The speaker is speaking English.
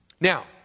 Now